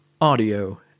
audio